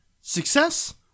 success